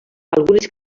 algunes